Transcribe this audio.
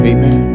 Amen